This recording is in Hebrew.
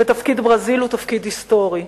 ותפקיד ברזיל הוא תפקיד היסטורי.